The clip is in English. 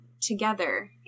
together